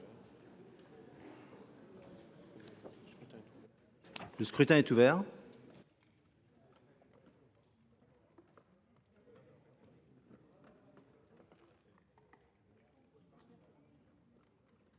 Le scrutin est ouvert.